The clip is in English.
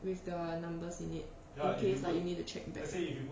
with the numbers in it in case like you need to check back